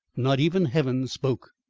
not even heaven spoke.